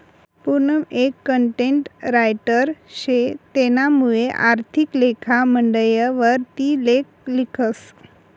पूनम एक content writer शे तेनामुये आर्थिक लेखा मंडयवर ती लेख लिखस